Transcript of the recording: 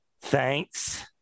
thanks